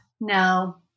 No